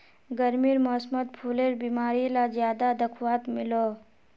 गर्मीर मौसमोत फुलेर बीमारी ला ज्यादा दखवात मिलोह